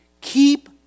keep